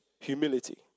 humility